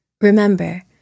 Remember